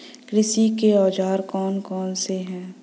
कृषि के औजार कौन कौन से हैं?